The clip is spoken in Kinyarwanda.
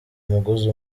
umugozi